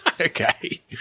Okay